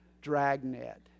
dragnet